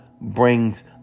brings